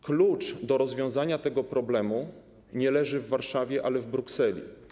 Klucz do rozwiązania tego problemu leży nie w Warszawie, ale w Brukseli.